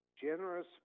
generous